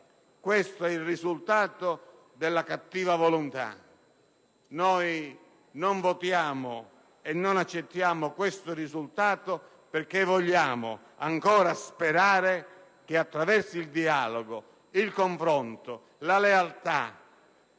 Questo è il risultato della cattiva volontà. Noi non votiamo e non accettiamo questo risultato perché vogliamo ancora sperare che attraverso il dialogo, il confronto, la lealtà